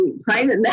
private